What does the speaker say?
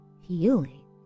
healing